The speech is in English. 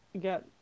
get